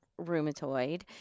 rheumatoid